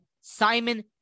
Simon